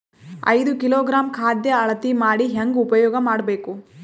ಐದು ಕಿಲೋಗ್ರಾಂ ಖಾದ್ಯ ಅಳತಿ ಮಾಡಿ ಹೇಂಗ ಉಪಯೋಗ ಮಾಡಬೇಕು?